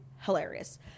hilarious